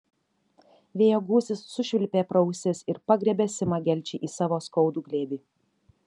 vėjo gūsis sušvilpė pro ausis ir pagriebė simą gelčį į savo skaudų glėbį